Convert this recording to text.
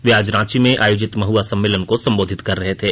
वे आज रांची में आयोजित महुआ सम्मेलन को संबोधित कर रहे थे